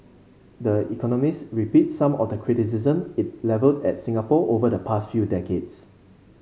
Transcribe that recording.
the Economist repeats some of the criticism it levelled at Singapore over the past few decades